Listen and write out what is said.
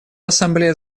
ассамблея